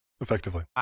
Effectively